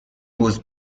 was